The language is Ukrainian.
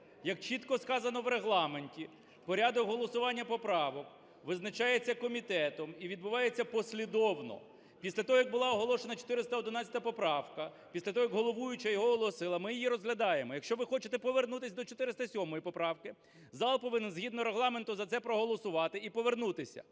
як чітко сказано в Регламенті, порядок голосування поправок визначається комітетом і відбувається послідовно. Після того, як була оголошена 411 поправка, після того, як головуюча її оголосила, ми її розглядаємо. Якщо ви хочете повернутися до 407 поправки, зал повинен згідно Регламенту за це проголосувати і повернутися.